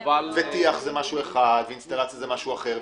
טיח זה משהו אחד, ואינסטלציה זה משהו אחר.